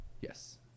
yes